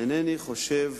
אינני חושב